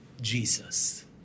Jesus